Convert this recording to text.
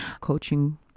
coaching